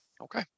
Okay